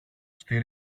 στη